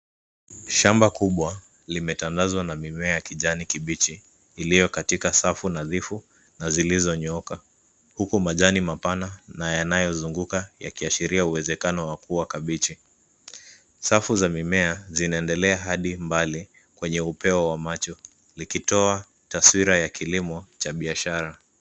Shamba kubwa limetandazwa na mimea ya kijani kibichi iliyo katika safu nadhifu na zilizonyooka huku majani mapana na yanayozunguka yakiashiria uwezekano wa kuwa kabeji. Safu za mimea zinaendelea hadi mbali kwenye upeo wa macho likitoa taswira ya kilimo ya kilimo cha biashara.